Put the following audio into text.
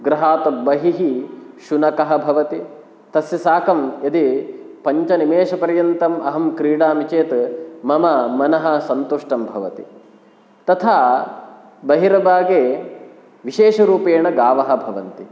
गृहात् बहिः शुनकः भवति तस्य साकं यदि पञ्चनिमेषपर्यन्तम् अहं क्रीडामि चेत् मम मनः सन्तुष्टं भवति तथा बहिर्भागे विशेषरूपेण गावः भवन्ति